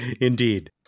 Indeed